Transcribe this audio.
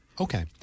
Okay